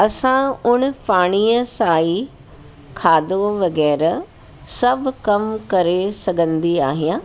असां उण पाणीअ सां ई खाधो वग़ैरह सभु कमु करे सघंदी आहियां